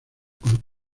con